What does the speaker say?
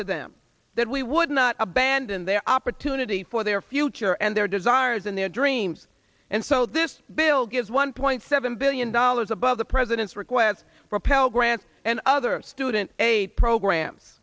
to them that we would not abandon their opportunity for their future and their desires and their dreams and so this bill gives one point seven billion dollars above the president's request for pell grants and other student aid programs